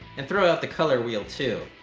and throw out the color wheel, too.